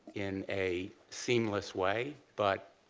in a seamless way. but,